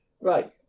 Right